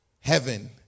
heaven